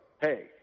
hey